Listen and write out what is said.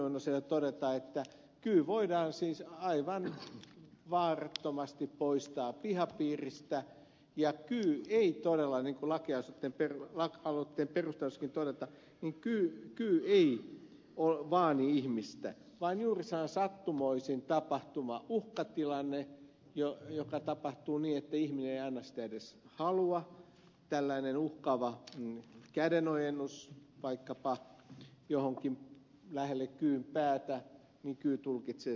lauri oinoselle todeta että kyy voidaan siis aivan vaarattomasti poistaa pihapiiristä ja kyy ei todella niin kuin laki aloitteen perusteluissakin todetaan vaani ihmistä vaan kyse on juuri sellaisesta sattumoisin tapahtuvasta uhkatilanteesta joka tapahtuu niin ettei ihminen aina sitä edes halua tällainen uhkaava kädenojennus vaikkapa johonkin lähelle kyyn päätä jolloin kyy tulkitsee sen väärin